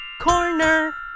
corner